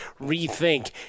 rethink